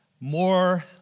more